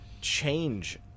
change